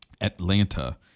Atlanta